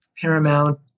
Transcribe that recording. Paramount